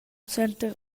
suenter